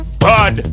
bud